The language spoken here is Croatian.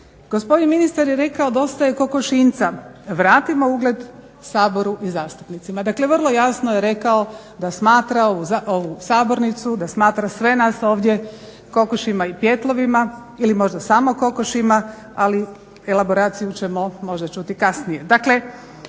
gospodin ministar je rekao "Dosta je kokošinjca, vratimo ugled Saboru i zastupnicima". Dakle, vrlo jasno je rekao da smatra ovu sabornicu, da smatra sve nas ovdje kokošima i pijetlovima ili možda samo kokošima ali elaboraciju ćemo možda čuti kasnije.